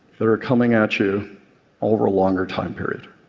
that are coming at you over a longer time period.